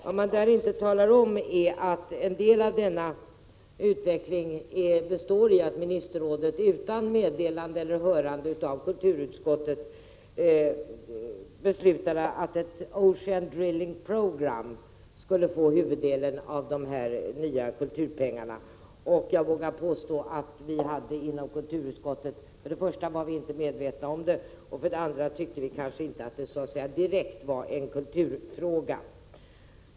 Vad man där inte talar om är att ministerrådet utan meddelande till eller hörande av kulturutskottet beslutat att ett Ocean Drilling Programme skulle få huvuddelen av dessa nya kulturpengar. För det första var vi inom kulturutskottet inte medvetna om detta. För det andra tyckte vi kanske inte att det direkt var en kulturfråga.